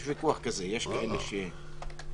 יש ויכוח כזה, יש כאלה שקוראים.